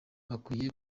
bakwiye